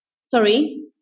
Sorry